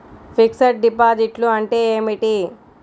Fixed డిపాజిట్లు అంటే ఏమిటి?